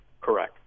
Correct